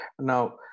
Now